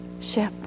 ship